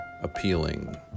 appealing